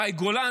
מאי גולן,